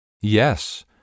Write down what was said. Yes